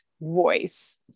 voice